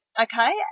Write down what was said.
okay